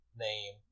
name